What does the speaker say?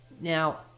Now